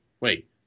Wait